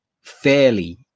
fairly